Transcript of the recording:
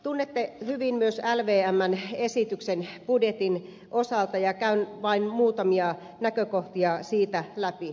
tunnette hyvin myös lvmn esityksen budjetin osalta ja käyn vain muutamia näkökohtia siitä läpi